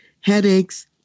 headaches